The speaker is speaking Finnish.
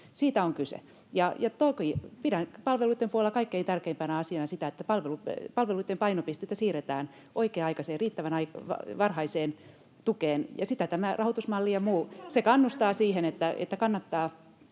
Siitä on kyse. Ja toki pidän palveluitten puolella kaikkein tärkeimpänä asiana sitä, että palveluitten painopistettä siirretään oikea-aikaiseen, riittävän varhaiseen tukeen, ja tämä rahoitusmalli ja muu kannustaa siihen, että kannattaa